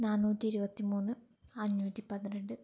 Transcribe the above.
നാന്നൂറ്റി ഇരുപത്തി മൂന്ന് അഞ്ഞൂറ്റി പന്ത്രണ്ട്